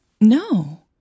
No